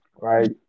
right